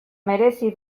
merezi